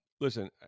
listen